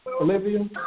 Olivia